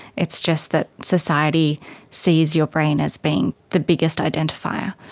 it's just that society sees your brain as being the biggest identifier.